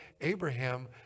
Abraham